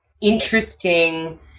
interesting